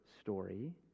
story